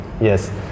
Yes